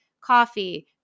coffee